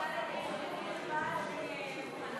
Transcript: חוק לתיקון פקודת בריאות העם (מס'